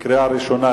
בקריאה ראשונה,